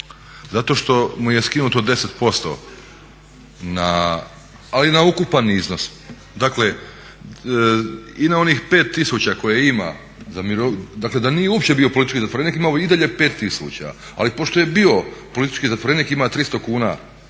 zato što mu je skinuto 10% ali na ukupan iznos. Dakle, i na onih 5000 kuna koje ima za mirovinu, dakle da nije uopće bio politički zatvorenik imao bi i dalje 5000, ali pošto je bio politički zatvorenik ima 300 kuna